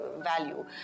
value